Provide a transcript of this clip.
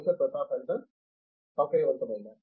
professor Pratap Haridas సౌకర్యవంతమైన